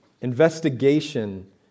Investigation